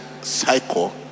cycle